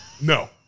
No